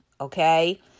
okay